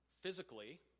Physically